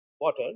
water